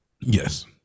Yes